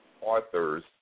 authors